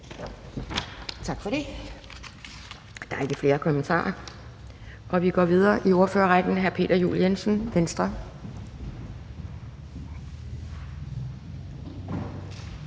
Tak for det. Der er ikke flere kommentarer, og vi går videre i ordførerrækken. Hr. Peter Juel-Jensen, Venstre.